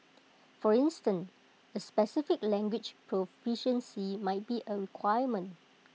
for instance A specific language proficiency might be A requirement